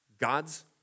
God's